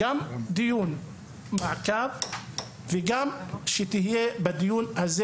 גם לקיים דיון מעקב וגם שתהיה בדיון הזה